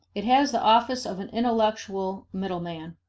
it has the office of an intellectual middleman.